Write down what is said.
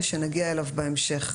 שנגיע אליו בהמשך.